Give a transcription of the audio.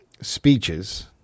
speeches